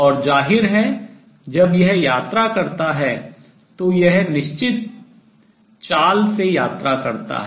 और जाहिर है जब यह travel यात्रा करता है तो यह निश्चित speed चाल से travel यात्रा करता है